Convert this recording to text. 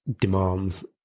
demands